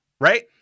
Right